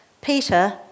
Peter